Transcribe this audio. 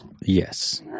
Yes